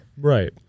right